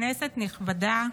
כנסת נכבדה,